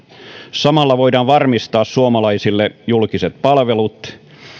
samalla voidaan varmistaa suomalaisille julkiset palvelut